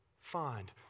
find